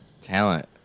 talent